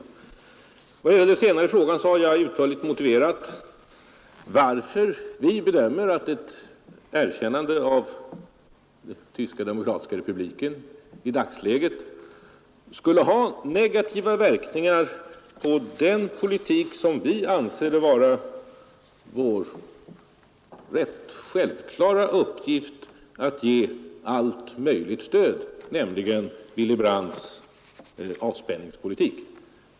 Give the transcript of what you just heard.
Jag har utförligt motiverat varför vi bedömer det så att ett erkännande av Tyska demokratiska republiken i Nr 115 dagsläget skulle ha negativa verkningar på den politik som vi anser det vara vår ganska självklara uppgift att ge allt möjligt stöd, nämligen Willy Brandts avspänningspolitik.